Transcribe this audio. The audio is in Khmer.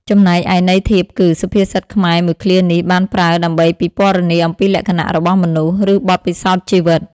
ចំំណែកឯន័យធៀបគឺ សុភាសិតខ្មែរមួយឃ្លានេះបានប្រើដើម្បីពិពណ៌នាអំពីលក្ខណៈរបស់មនុស្ស ឬបទពិសោធន៍ជីវិត។